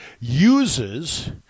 uses